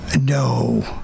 no